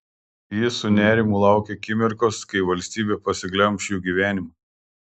ji su nerimu laukė akimirkos kai valstybė pasiglemš jų gyvenimą